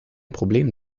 problem